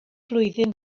flwyddyn